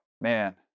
Man